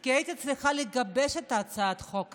כי הייתי צריכה לגבש את הצעת החוק הזו,